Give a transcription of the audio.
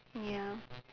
ya